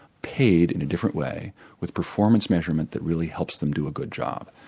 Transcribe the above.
paid in a different way with performance measurement that really helps them do a good job.